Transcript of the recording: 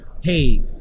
hey